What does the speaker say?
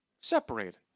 Separated